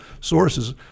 sources